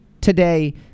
today